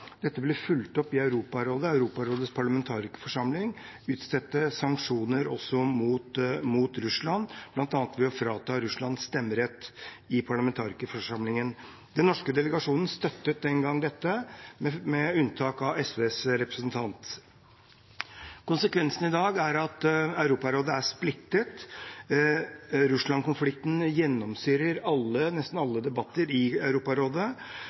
Dette ble fulgt opp i Europarådet. Europarådets parlamentarikerforsamling utstedte også sanksjoner mot Russland, bl.a. ved å frata Russland stemmerett i parlamentarikerforsamlingen. Den norske delegasjonen støttet den gang dette, med unntak av SVs representant. Konsekvensen i dag er at Europarådet er splittet, Russland-konflikten gjennomsyrer nesten alle debatter i Europarådet,